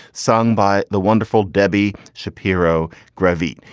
sung by the wonderful debbie shapiro gravy.